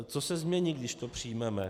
Co se změní, když to přijmeme?